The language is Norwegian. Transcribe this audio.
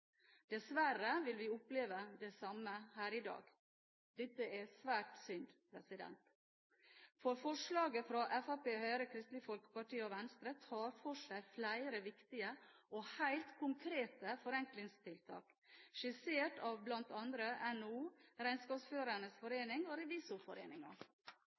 Dessverre vil vi oppleve det samme her i dag. Dette er svært synd. Forslaget fra Fremskrittspartiet, Høyre, Kristelig Folkeparti og Venstre tar for seg flere viktige og helt konkrete forenklingstiltak, skissert av bl.a. NHO, Regnskapsførernes